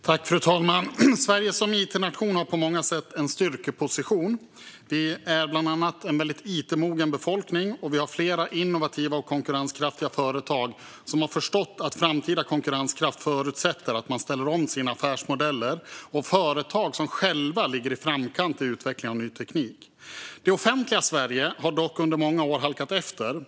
Fru talman! Sverige som it-nation har på många sätt en styrkeposition. Vi är bland annat en it-mogen befolkning. Vi har också flera innovativa och konkurrenskraftiga företag som har förstått att framtida konkurrenskraft förutsätter att man ställer om sina affärsmodeller. Vi har också företag som själva ligger i framkant när det gäller utveckling av ny teknik. Det offentliga Sverige har dock under många år halkat efter.